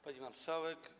Pani Marszałek!